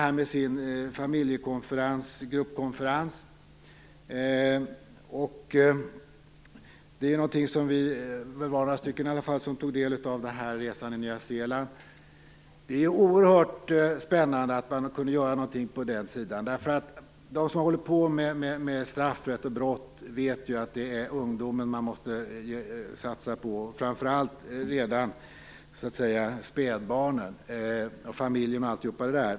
Jeppe Johnsson talade om sin gruppkonferens. Några av oss tog ju del av resan till Nya Zeeland. Det är oerhört spännande att det gick att göra något på den sidan. De som håller på med straffrätt och brott vet att det är ungdomen som man måste satsa på - ja, t.o.m. spädbarnen, familjen etc.